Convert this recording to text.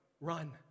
run